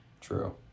true